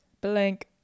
blank